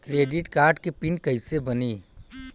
Credit card के pin कैसे बनी?